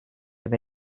über